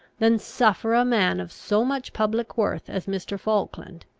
than suffer a man of so much public worth as mr. falkland,